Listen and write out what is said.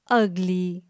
ugly